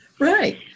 Right